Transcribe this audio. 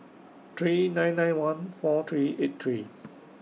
three nine nine one four three eight three